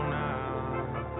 now